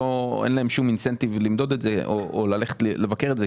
היא שלרשויות אין שום אינסנטיב למדוד את זה או ללכת לבקר את זה,